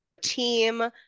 team